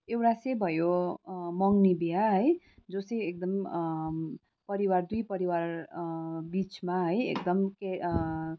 एउटा चाहिँ भयो मँग्नी बिहा है जो चाहिँ एकदम परिवार दुई परिवार बिचमा है एकदम के